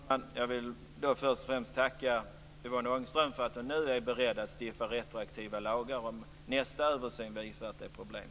Fru talman! Jag vill först och främst tacka Yvonne Ångström för att hon nu är beredd att stifta retroaktiva lagar om nästa översyn visar att det finns problem.